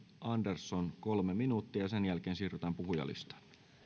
andersson kolme minuuttia ja sen jälkeen siirrytään puhujalistaan